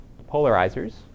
polarizers